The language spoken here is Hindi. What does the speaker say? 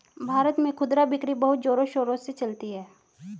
भारत में खुदरा बिक्री बहुत जोरों शोरों से चलती है